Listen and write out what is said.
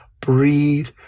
breathe